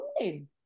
morning